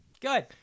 Good